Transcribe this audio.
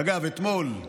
אגב, אתמול,